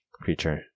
creature